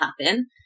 happen